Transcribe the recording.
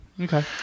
Okay